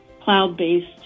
cloud-based